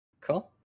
Cool